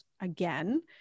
again